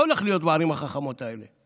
מה הולך להיות בערים החכמות האלה?